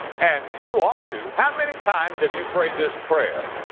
and you ought to. how many times have you prayed this prayer,